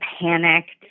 panicked